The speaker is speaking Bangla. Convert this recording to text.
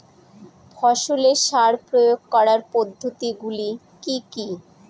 ফসলে সার প্রয়োগ করার পদ্ধতি গুলি কি কী?